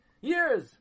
years